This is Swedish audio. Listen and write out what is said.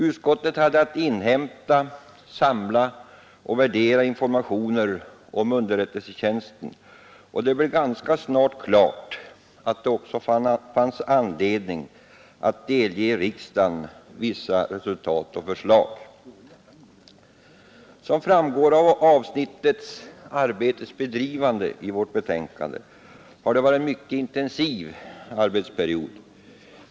Utskottet hade att inhämta, samla och värdera informationer om underrättelsetjänsten, och det blev ganska snart klart att det också fanns anledning att delge riksdagen vissa resultat och förslag. Som framgår av avsnittet ”Arbetets bedrivande” i vårt betänkande har det varit en mycket intensiv arbetsperiod.